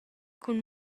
cun